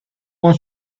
con